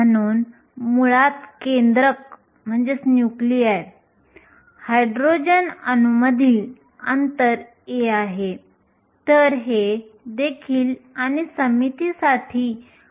तर हे घातांक वजा E Ef ओव्हर kT बनते जे बोल्ट्झमन कार्य आहे आणि हे बरोबर असते